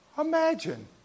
Imagine